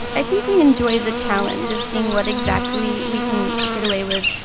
i think we enjoy the challenge of seeing what exactly we can get away with.